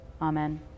Amen